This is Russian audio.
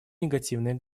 негативные